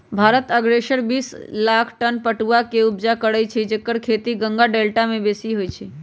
भारत असगरे बिस लाख टन पटुआ के ऊपजा करै छै एकर खेती गंगा डेल्टा में बेशी होइ छइ